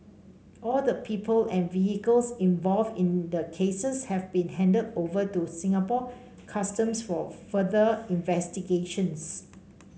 all the people and vehicles involved in the cases have been handed over to Singapore Customs for further investigations